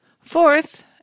Fourth